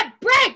break